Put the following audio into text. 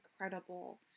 incredible